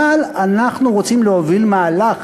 אבל אנחנו רוצים להוביל מהלך